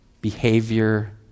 behavior